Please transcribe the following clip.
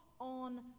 on